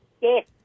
Yes